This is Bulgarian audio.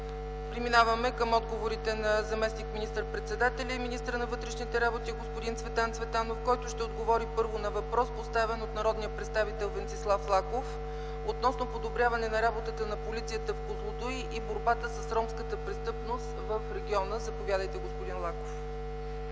Преминаваме към отговорите на заместник министър-председателя и министъра на вътрешните работи господин Цветан Цветанов, който ще отговори първо на въпрос, поставен от народния представител Венцислав Лаков, относно подобряване на работата на полицията в Козлодуй и борбата с ромската престъпност в региона. Заповядайте, господин Лаков.